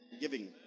Giving